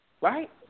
Right